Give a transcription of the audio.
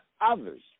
others